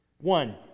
One